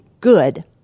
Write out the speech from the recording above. good